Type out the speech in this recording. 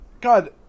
God